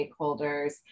stakeholders